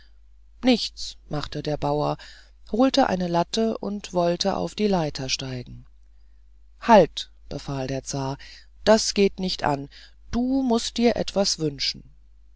nichts machte der bauer holte eine latte und wollte auf die leiter steigen halt befahl der zar das geht nicht an du mußt dir etwas wünschen